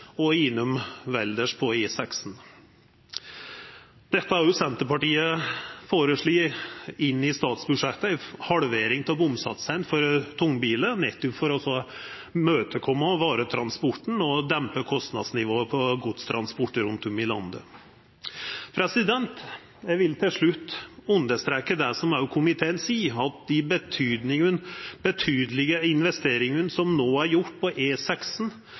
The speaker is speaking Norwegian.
statsbudsjettet ei halvering av bomsatsen for tungbilar, nettopp for å imøtekoma varetransporten og dempa kostnadsnivået på godstransport rundt om i landet. Eg vil til slutt understreka det som òg komiteen seier, at dei betydelege investeringane som no er gjorde på